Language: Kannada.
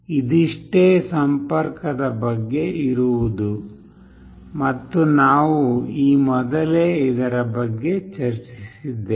ಇದಿಷ್ಟೇ ಸಂಪರ್ಕದ ಬಗ್ಗೆಇರುವುದು ಮತ್ತು ನಾವು ಈ ಮೊದಲೇ ಇದರ ಬಗ್ಗೆ ಚರ್ಚಿಸಿದ್ದೇವೆ